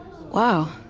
Wow